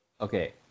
Okay